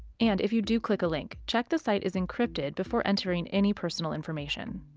and if you do click a link, check the site is encrypted before entering any personal information.